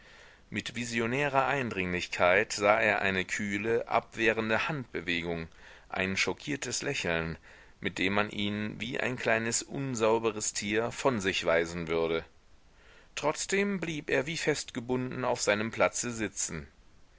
mit visionärer eindringlichkeit sah er eine kühle abwehrende handbewegung ein chokiertes lächeln mit dem man ihn wie ein kleines unsauberes tier von sich weisen würde trotzdem blieb er wie festgebunden auf seinem platze sitzen